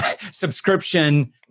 subscription